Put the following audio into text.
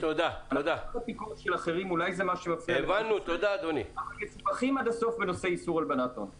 בנק, אף אחד לא רוצה כניסה של ---,